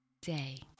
day